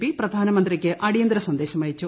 P പ്രധാനമന്ത്രിക്ക് അടിയന്തര സന്ദേശമയച്ചു